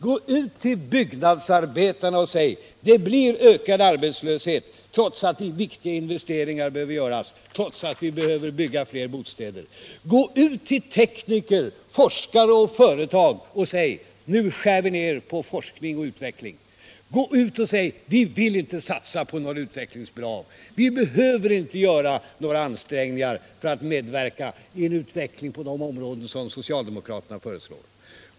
Gå ut till byggnadsarbetarna och säg: Det blir ökning av arbetslösheten trots att viktiga investeringar behöver göras och trots att vi behöver bygga fler bostäder. Gå ut till tekniker, forskare och företag och säg: Nu skär vi ned när det gäller forskning och utveckling. Gå ut och säg: Vi vill inte satsa på några utvecklingsbolag, vi behöver inte göra några ansträngningar för att medverka till en utveckling på de områden som socialdemokraterna har tagit upp.